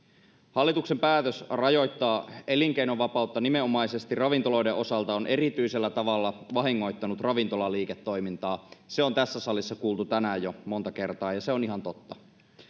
hallituksen päätös rajoittaa elinkeinovapautta nimenomaisesti ravintoloiden osalta on erityisellä tavalla vahingoittanut ravintolaliiketoimintaa se on tässä salissa kuultu tänään jo monta kertaa ja se on ihan totta